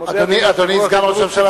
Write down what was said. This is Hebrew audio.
אדוני סגן ראש הממשלה,